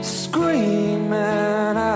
screaming